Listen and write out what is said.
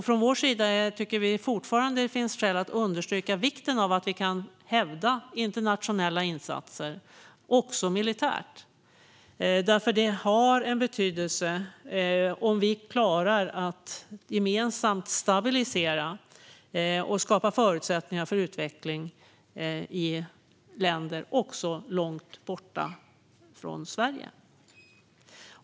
Från vår sida tycker vi fortfarande att det finns skäl att understryka vikten av att vi kan hävda internationella insatser också militärt. Det har en betydelse om vi klarar att gemensamt stabilisera och skapa förutsättningar för utveckling i länder långt borta från Sverige.